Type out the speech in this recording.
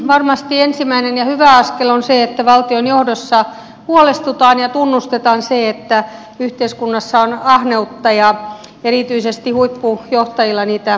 varmasti ensimmäinen ja hyvä askel on se että valtion johdossa huolestutaan ja tunnustetaan se että yhteiskunnassa on ahneutta ja erityisesti huippujohtajilla sitä tuntuu esiintyvän